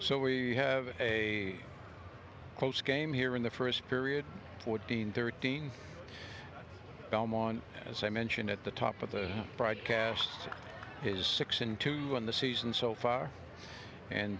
so we have a close game here in the first period fourteen thirteen delmon as i mentioned at the top of the broadcast his six into on the season so far and